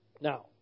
Now